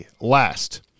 Last